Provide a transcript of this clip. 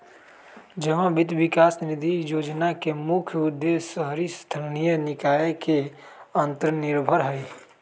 जमा वित्त विकास निधि जोजना के मुख्य उद्देश्य शहरी स्थानीय निकाय के आत्मनिर्भर हइ